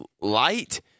light